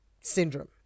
syndrome